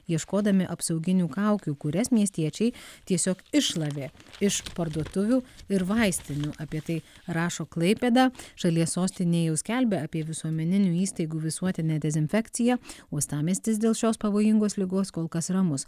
ieškodami apsauginių kaukių kurias miestiečiai tiesiog iššlavė iš parduotuvių ir vaistinių apie tai rašo klaipėda šalies sostinėj jau skelbia apie visuomeninių įstaigų visuotinę dezinfekciją uostamiestis dėl šios pavojingos ligos kol kas ramus